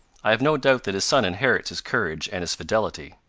i have no doubt that his son inherits his courage and his fidelity.